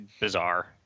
bizarre